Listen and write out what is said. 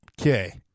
Okay